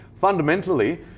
Fundamentally